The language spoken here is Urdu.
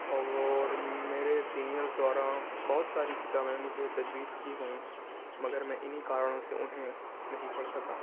اور میرے سینیئرس دوارا بہت ساری کتابیں مجھے تجویز کی گئیں مگر میں انہیں کارنوں سے انہیں نہیں پڑھ سکا